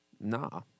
Nah